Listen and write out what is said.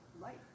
life